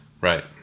Right